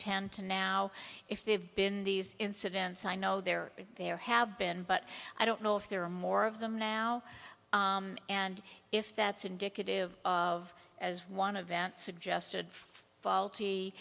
ten to now if they've been these incidents i know they're there have been but i don't know if there are more of them now and if that's indicative of as one of vent suggested faulty